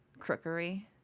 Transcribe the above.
crookery